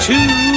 Two